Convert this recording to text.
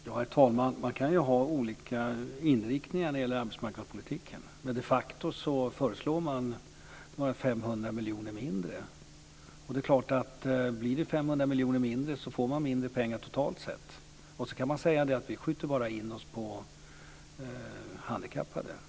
Herr talman! Man kan ha olika inriktningar på arbetsmarknadspolitiken. De facto föreslår man några 500 miljoner mindre, och det är klart att om det blir 500 miljoner mindre så får man mindre pengar totalt sett. Man kan säga: Vi skjuter bara in oss på handikappade.